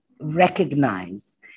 recognize